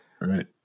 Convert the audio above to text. right